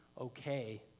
okay